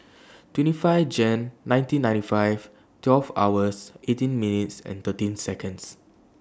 twenty five Jan nineteen ninety five twelve hours eighteen minutes and thirteen Seconds